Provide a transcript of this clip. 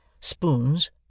spoons